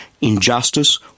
injustice